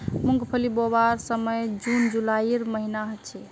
मूंगफली बोवार समय जून जुलाईर महिना छे